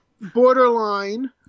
borderline